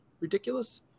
ridiculous